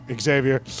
Xavier